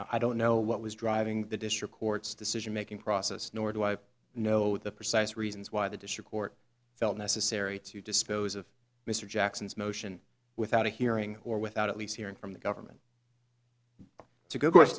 i don't know what was driving the district court's decision making process nor do i know the precise reasons why the district court felt necessary to dispose of mr jackson's motion without a hearing or without at least hearing from the government to g